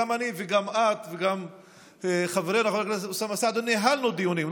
גם אני וגם את וגם חברנו חבר הכנסת אוסאמה סעדי ניהלנו דיונים בזום,